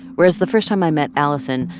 whereas, the first time i met alison,